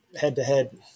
head-to-head